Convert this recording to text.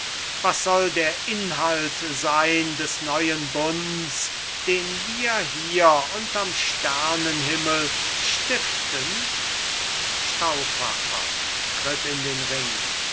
was soll der inhalt sein des neuen bunds den wir hier unterm sternenhimmel stiften stauffacher tritt